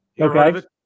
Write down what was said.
Okay